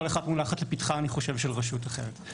אחת מהבעיות מונחת לפתחה של רשות אחרת.